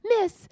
Miss